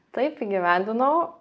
taip įgyvendinau